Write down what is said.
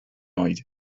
oed